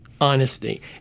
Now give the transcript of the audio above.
honesty